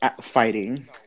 fighting